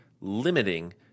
limiting